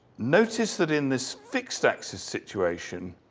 notice that in this fixed axes situation,